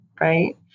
right